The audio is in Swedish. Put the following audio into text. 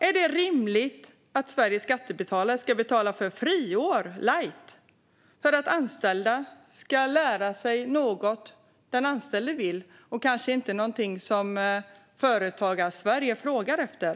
Är det rimligt att Sveriges skattebetalare ska betala för friår light för att anställda ska lära sig något den anställde vill men som kanske inte Företagarsverige frågar efter?